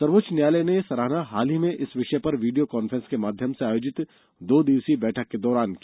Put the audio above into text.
सर्वोच्च न्यायालय ने यह सराहना हाल ही में इस विषय पर वीडियो कॉन्फ्रेंस के माध्यम से आयोजित दो दिवसीय बैठक के दौरान की